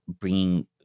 bringing